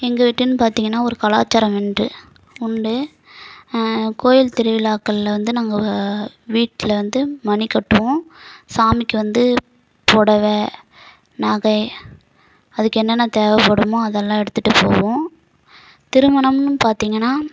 எங்கள்கிட்டன்னு பார்த்தீங்கன்னா ஒரு கலாச்சாரம் வண்டு உண்டு கோயில் திருவிழாக்களில் வந்து நாங்கள் வீட்டில் வந்து மணி கட்டுவோம் சாமிக்கு வந்து புடவ நகை அதுக்கு என்னென்ன தேவைப்படுமோ அதெல்லாம் எடுத்துகிட்டு போவோம் திருமணம்னு பார்த்தீங்கன்னா